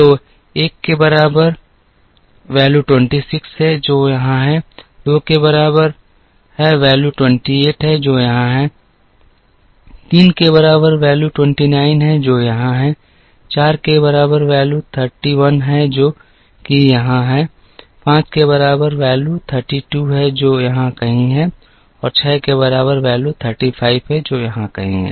तो 1 के बराबर मान 26 है जो यहाँ है 2 के बराबर है मान 28 है जो यहाँ है 3 के बराबर है मान 29 है जो यहाँ है 4 के बराबर मान 31 है जो कि यहाँ कहीं है ५ के बराबर मान ३२ है जो यहाँ कहीं है और ६ के बराबर है मान ३५ है जो यहाँ कहीं है